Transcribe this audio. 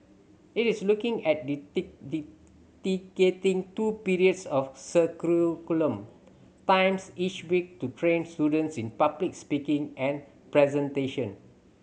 it is looking at two periods of curriculum times each week to train students in public speaking and presentation